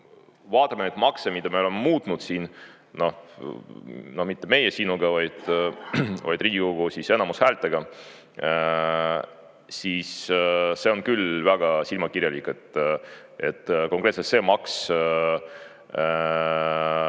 vaatame neid makse, mida me oleme muutnud siin, noh, mitte meie sinuga, vaid Riigikogu enamushäältega, siis see on küll väga silmakirjalik, et konkreetselt see maks